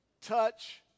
touch